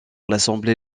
l’assemblée